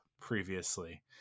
previously